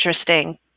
interesting